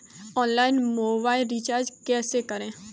Online mobile recharge कैसे करें?